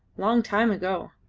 long time ago.